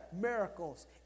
miracles